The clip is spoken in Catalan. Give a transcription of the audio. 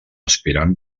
aspirant